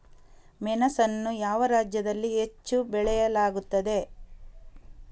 ಮೆಣಸನ್ನು ಯಾವ ರಾಜ್ಯದಲ್ಲಿ ಹೆಚ್ಚು ಬೆಳೆಯಲಾಗುತ್ತದೆ?